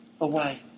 away